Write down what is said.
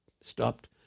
stopped